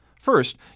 First